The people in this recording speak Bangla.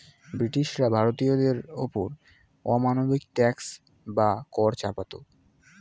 ব্রিটিশরা ভারতীয়দের ওপর অমানবিক ট্যাক্স বা কর চাপাতো